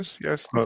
Yes